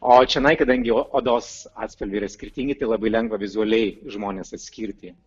o čionai kadangi o odos atspalviai yra skirtingi tai labai lengva vizualiai žmones atskirti